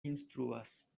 instruas